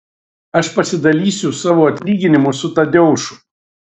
aš pasidalysiu savo atlyginimu su tadeušu